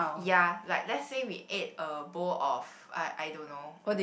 ya like let's say we ate a bowl of I I don't know